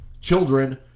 children